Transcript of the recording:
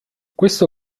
questo